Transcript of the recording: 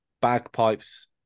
bagpipes